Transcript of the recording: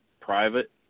private